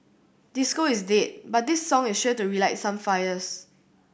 disco is dead but this song is sure to relight some fires